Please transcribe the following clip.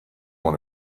one